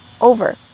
over